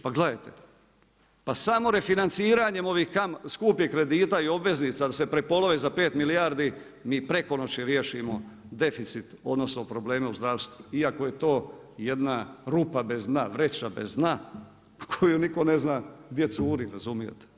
Pa gledajte, pa samo refinanciranjem ovih skupih kredita i obveznica da se prepolovi za 5 milijardi mi preko noći riješimo deficit, odnosno probleme u zdravstvu iako je to jedna rupa bez dna, vreća bez dna za koju nitko ne zna gdje curi, razumijete.